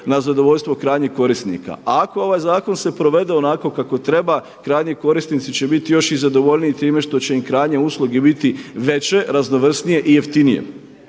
na zadovoljstvo krajnjih korisnika. Ako ovaj zakon se povede onako kako treba krajnji korisnici će biti još i zadovoljniji time što će im krajnje usluge biti veće, raznovrsnije i jeftinije.